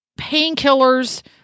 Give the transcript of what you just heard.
painkillers